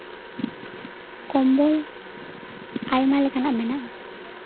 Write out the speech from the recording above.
ᱠᱚᱢᱵᱚᱞ ᱟᱭᱢᱟ ᱞᱮᱠᱟᱱᱟᱜ ᱢᱮᱱᱟᱜᱼᱟ